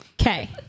okay